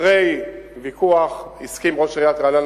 אחרי ויכוח עסקי עם ראש עיריית רעננה,